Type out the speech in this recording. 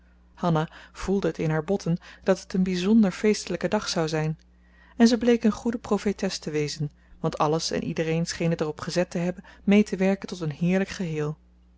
hanna voelde het in haar botten dat het een bijzonder feestelijke dag zou zijn en ze bleek een goede profetes te wezen want alles en iedereen scheen het er op gezet te hebben mee te werken tot een heerlijk geheel